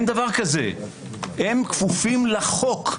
הם כפופים לחוק.